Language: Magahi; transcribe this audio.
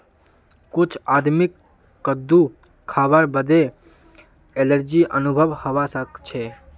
कुछ आदमीक कद्दू खावार बादे एलर्जी अनुभव हवा सक छे